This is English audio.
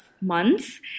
months